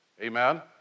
Amen